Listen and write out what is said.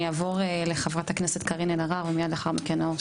אני אעבור לחברת הכנסת קארין אלהרר, בבקשה.